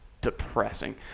depressing